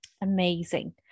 amazing